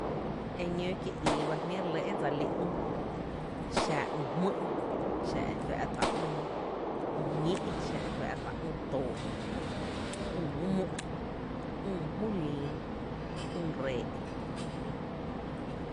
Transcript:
Eñóo kié ii ba jmí’ re lɇ dse lí üü, xa ü jmý’, xa e fá’tá’ ü ü ñí’, xá e fá’ta’ ü too’, üü my mó, üü my jülin, üü ree’.